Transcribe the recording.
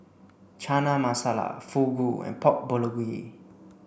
Chana Masala Fugu and Pork Bulgogi